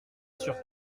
sur